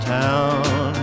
town